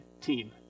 team